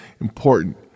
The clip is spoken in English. important